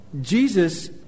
Jesus